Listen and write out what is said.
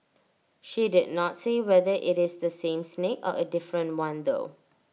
she did not say whether IT is the same snake or A different one though